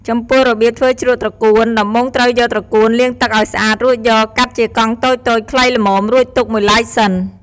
ចំពោះរបៀបធ្វើជ្រក់ត្រកួនដំបូងត្រូវយកត្រកួនលាងទឹកឱ្យស្អាតរួចយកកាត់ជាកង់តូចៗខ្លីល្មមរួចទុកមួយឡែកសិន។